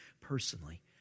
personally